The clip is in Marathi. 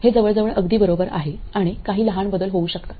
हे जवळजवळ अगदी बरोबर आहे आणि काही लहान बदल होऊ शकतात